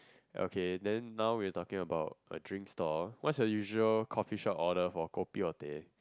okay then now we're talking about a drink stall what's your usual coffeeshop order for kopi or teh